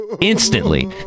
instantly